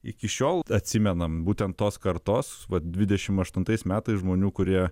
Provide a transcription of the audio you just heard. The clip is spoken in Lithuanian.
iki šiol atsimenam būtent tos kartos vat dvidešim aštuntais metais žmonių kurie